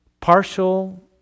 Partial